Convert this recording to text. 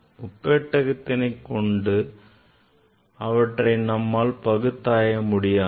முப்பட்டகத்தினைக் கொண்டும் அவற்றை நம்மால் பகுத்தாய முடியாது